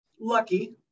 Lucky